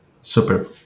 super